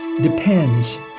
depends